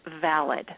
valid